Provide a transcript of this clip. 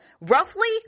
roughly